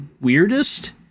weirdest